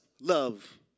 love